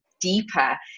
Deeper